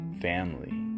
family